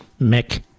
Mick